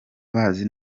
bazi